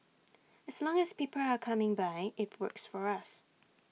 as long as people are coming by IT works for us